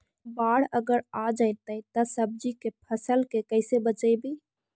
बाढ़ अगर आ जैतै त सब्जी के फ़सल के कैसे बचइबै?